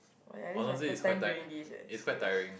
my this is my first time doing this eh serious